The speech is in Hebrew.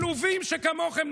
עלובים שכמוכם,